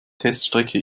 teststrecke